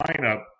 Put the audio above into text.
lineup